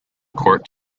court